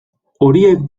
horiek